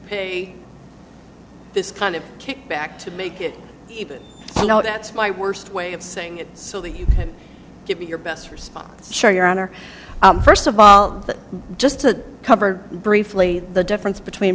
pay this kind of kickback to make it even you know that's my worst way of saying it so that you can give me your best response sure your honor first of all that just to cover briefly the difference between